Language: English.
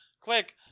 Quick